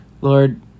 Lord